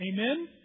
Amen